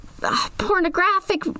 pornographic